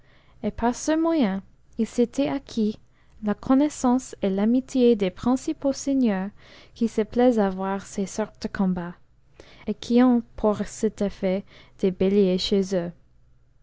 et par ce moyen il s'était acquis la coimaissance et l'amitié des principaux seigneurs qui se plaisent à voir ces sortes de combats et qui ont pour cet effet des béliers chez eux